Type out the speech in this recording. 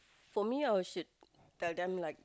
for me I would should tell them like